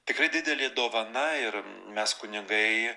tikrai didelė dovana ir mes kunigai